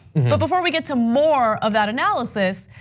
but before we get to more of that analysis,